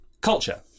culture